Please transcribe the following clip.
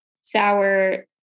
sour